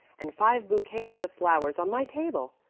and five bouquets of flowers on my table.